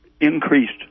increased